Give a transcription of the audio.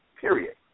period